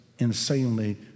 insanely